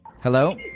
Hello